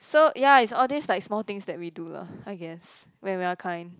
so ya it's all like these small things that we do lah I guess when we're kind